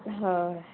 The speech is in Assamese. হয়